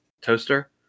toaster